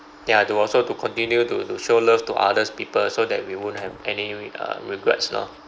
ya to also to continue to to show love to others people so that we won't have any uh regrets lor